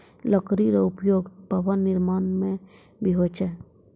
लकड़ी रो उपयोग भवन निर्माण म भी होय छै